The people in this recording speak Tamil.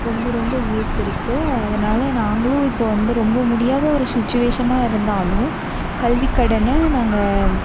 ரொம்ப ரொம்ப யூஸ் இருக்குது அதனால நாங்களும் இப்போது வந்து ரொம்ப முடியாத ஒரு ஷுச்சுவேஷனா இருந்தாலும் கல்விக்கடனை நாங்கள்